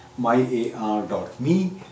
MyAR.me